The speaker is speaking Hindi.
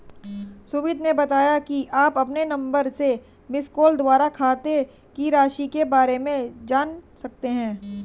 सुमित ने बताया कि आप अपने नंबर से मिसकॉल द्वारा खाते की राशि के बारे में जान सकते हैं